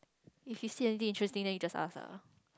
if you see until interesting then you just ask ah